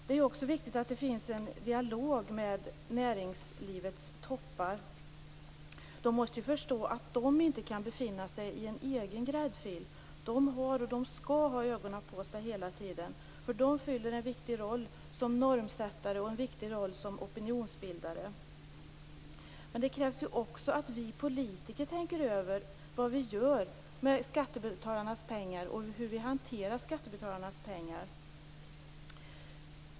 Det är också viktigt att det finns en dialog med näringslivets toppar. De måste förstå att de inte kan befinna sig i en egen gräddfil. De har, och de skall ha, ögonen på sig hela tiden, för de spelar en viktig roll som både normsättare och opinionsbildare. Det krävs också att vi politiker tänker över vad vi gör med skattebetalarnas pengar, hur vi hanterar skattebetalarnas pengar.